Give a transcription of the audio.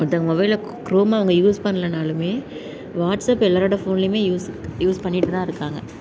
ஒருத்தவங்க மொபைலில் க்ரோம்மை அவங்க யூஸ் பண்லனாலும் வாட்ஸ்அப் எல்லாரோடய ஃபோன்லையுமே யூஸ் யூஸ் பண்ணிகிட்டுதான் இருக்காங்க